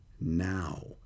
now